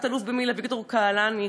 תת-אלוף במיל' אביגדור קהלני,